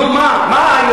נו, מה?